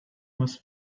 was